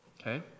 Okay